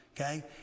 okay